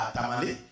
Tamale